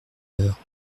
heures